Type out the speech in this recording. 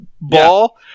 ball